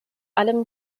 allem